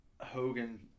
Hogan